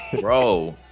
Bro